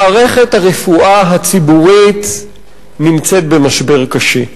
מערכת הרפואה הציבורית נמצאת במשבר קשה.